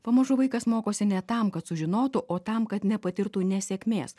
pamažu vaikas mokosi ne tam kad sužinotų o tam kad nepatirtų nesėkmės